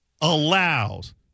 allows